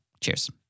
Cheers